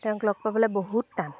তেওঁক লগ পাবলৈ বহুত টান